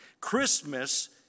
Christmas